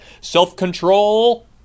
self-control